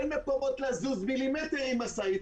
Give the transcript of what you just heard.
אין מקומות לזוז מילימטר עם משאית,